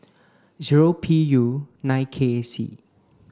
zero P U nine K C